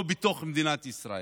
לא בתוך מדינת ישראל.